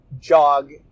jog